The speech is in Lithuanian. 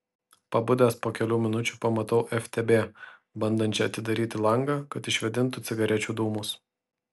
pabudęs po kelių minučių pamatau ftb bandančią atidaryti langą kad išvėdintų cigarečių dūmus